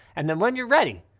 and then when you're ready,